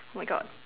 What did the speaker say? my God